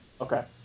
Okay